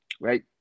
right